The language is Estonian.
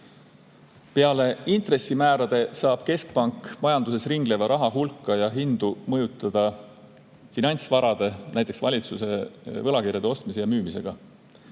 Peale intressimäärade saab keskpank majanduses ringleva raha hulka ja hindu mõjutada finantsvarade, näiteks valitsuse võlakirjade ostmise ja müümisega.